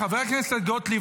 חברת הכנסת גוטליב,